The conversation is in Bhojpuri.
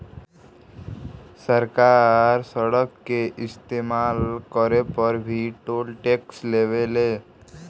सरकार सड़क के इस्तमाल करे पर भी टोल टैक्स लेवे ले